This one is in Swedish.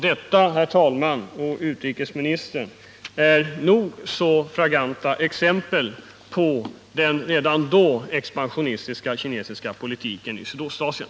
Detta, herr utrikesminister, är nog så flagranta exempel på den redan då expansionistiska kinesiska politiken i Sydostasien.